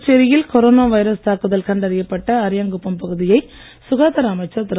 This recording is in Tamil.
புதுச்சேரியில் கொரோனா வைரஸ் தாக்குதல் கண்டறியப்பட்ட அரியாங்குப்பம் பகுதியை சுகாதார அமைச்சர் திரு